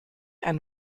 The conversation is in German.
ein